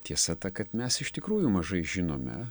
tiesa ta kad mes iš tikrųjų mažai žinome